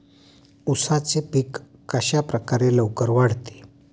उसाचे पीक कशाप्रकारे लवकर वाढते?